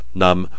nam